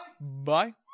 bye